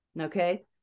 okay